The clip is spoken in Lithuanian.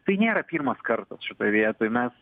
tai nėra pirmas kartas šitoj vietoj ems